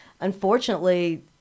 Unfortunately